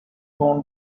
born